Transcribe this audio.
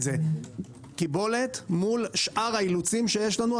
זה קיבולת מול שאר האילוצים שיש לנו.